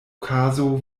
okazo